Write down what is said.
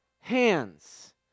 hands